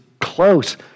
close